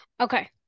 Okay